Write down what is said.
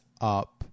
up